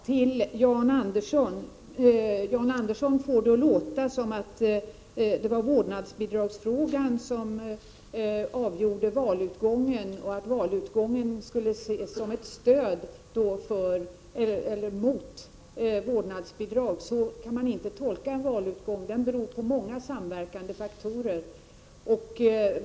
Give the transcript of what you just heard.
Herr talman! Jan Andersson får det att låta som om det var vårdnadsbidragsfrågan som var avgörande för valutgången i senaste valet och att valutgången skulle ses som ett stöd till dem som var mot vårdnadsbidrag. Men så kan man inte tolka en valutgång. Den beror på många samverkande faktorer.